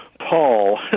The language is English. Paul